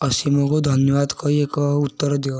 ଅସୀମକୁ ଧନ୍ୟବାଦ କହି ଏକ ଉତ୍ତର ଦିଅ